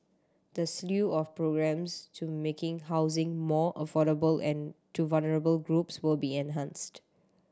the slew of programmes to making housing more affordable and to vulnerable groups will be enhanced